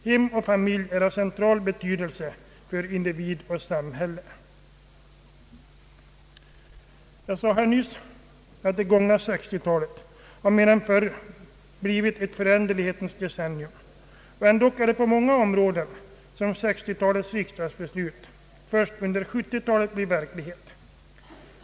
Hem och familj är av central betydelse för individ och samhälle.” Jag sade nyss att det gångna 1960-talet mer än tidigare årtionden har blivit ett föränderlighetens decennium. Ändå är det på många områden som sextiotalets riksdagsbeslut först under sjuttiotalet blir verklighet.